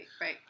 right